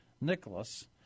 Nicholas